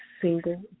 single